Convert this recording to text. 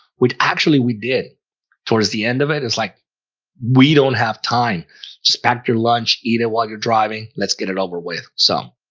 which actually we did towards the end of it it's like we don't have time just pack your lunch eat it while you're driving. let's get it over with so,